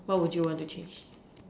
what would you want to change